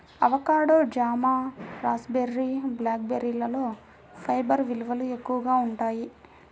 avocado, జామ, raspberry, black బెర్రీలలో fibre విలువలు ఎక్కువగా ఉంటాయి